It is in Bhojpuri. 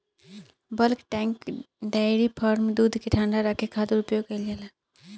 बल्क टैंक डेयरी फार्म में दूध के ठंडा रखे खातिर उपयोग कईल जाला